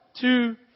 two